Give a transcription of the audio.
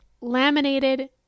laminated